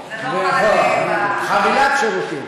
חבילת שירותים.